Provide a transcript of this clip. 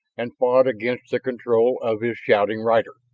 and fought against the control of his shouting rider.